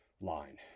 line